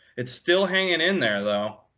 it's still hanging in there, though.